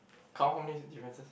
count how many differences